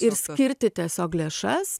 ir skirti tiesiog lėšas